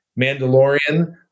Mandalorian